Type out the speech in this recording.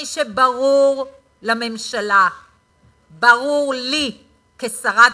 חבר הכנסת,